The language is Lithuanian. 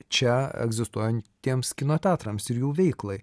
čia egzistuojantiems kino teatrams ir jų veiklai